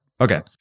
okay